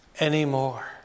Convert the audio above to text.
anymore